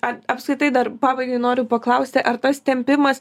ar apskritai dar pabaigai noriu paklausti ar tas tempimas